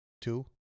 Two